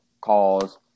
calls